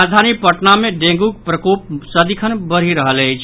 राजधानी पटना मे डेंगूक प्रकोप सदिखन बढ़ि रहल अछि